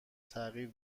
تغییر